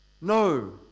No